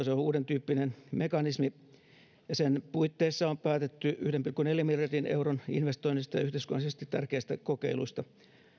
se on uudentyyppinen mekanismi ja sen puitteissa on päätetty yhden pilkku neljän miljardin euron investoinneista ja yhteiskunnallisesti tärkeistä kokeiluista